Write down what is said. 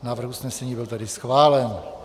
Návrh usnesení byl tedy schválen.